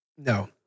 No